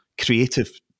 creative